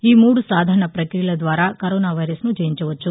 ఈ మూడు సాధారణ పక్రియల ద్వారా కరోనా వైరస్ను జయించవచ్చు